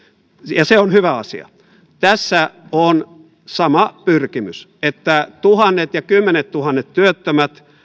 ja se on hyvä asia tässä on sama pyrkimys että tuhannet ja kymmenettuhannet työttömät